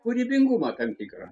kūrybingumą tam tikrą